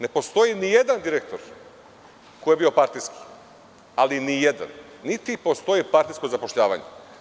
Ne postoji ni jedan direktor koji je bio partijski, ali ni jedan, niti postoji partijsko zapošljavanje.